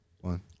One